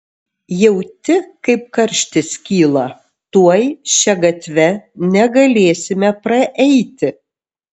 jauti kaip karštis kyla tuoj šia gatve negalėsime praeiti